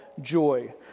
joy